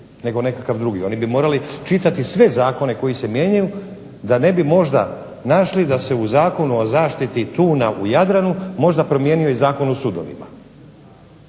nego nekakav drugi. Oni bi morali čitati sve zakone koji se mijenjaju da ne bi možda našli da se u Zakona o zaštiti tuna u Jadranu možda promijenio Zakon o sudovima